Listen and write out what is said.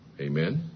Amen